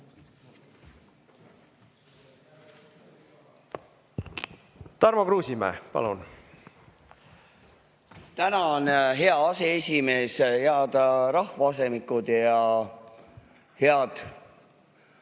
Tarmo Kruusimäe, palun! Tänan, hea aseesimees! Head rahvaasemikud! Ja head